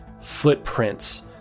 footprints